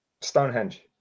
Stonehenge